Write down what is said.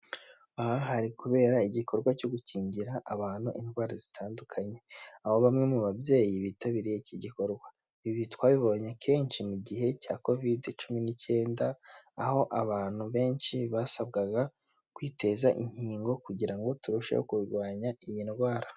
Aha hari kubera igikorwa cyo gukingira abantu indwara zitandukanye, aho bamwe mu babyeyi bitabiriye iki gikorwa. Ibi twabibonye kenshi mu gihe cya Kovidi cumi n'icyenda, aho abantu benshi basabwaga kwiteza inkingo kugira ngo turusheho kurwanya iyi ndwara.